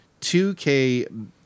2k